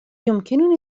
يمكنني